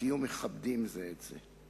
ותהיו מכבדים זה את זה.